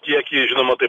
kiekį žinoma taip